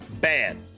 bad